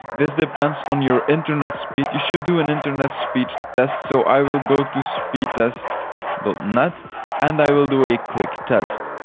this depends on your internet speed. you should do an internet speed test. so i will go to speedtest dot net and i will do a quick test.